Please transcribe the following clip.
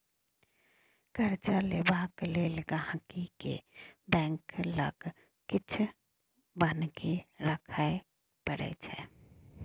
कर्जा लेबाक लेल गांहिकी केँ बैंक लग किछ बन्हकी राखय परै छै